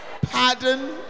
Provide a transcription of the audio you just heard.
pardon